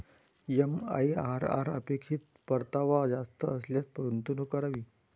MIRR अपेक्षित परतावा जास्त असल्यास गुंतवणूक करावी